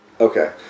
Okay